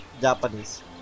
Japanese